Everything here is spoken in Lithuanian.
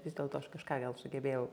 vis dėlto aš kažką gal sugebėjau